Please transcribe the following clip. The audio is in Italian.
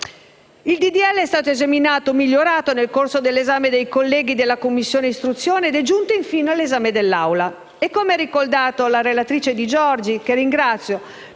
legge è stato esaminato e migliorato nel corso dell'esame dei colleghi della Commissione istruzione ed è giunto infine all'esame dell'Assemblea. Come ha ricordato la relatrice Di Giorgi, che ringrazio